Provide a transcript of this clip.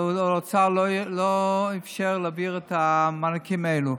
והוא לא אפשר להעביר את המענקים האלו.